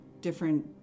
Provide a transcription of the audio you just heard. different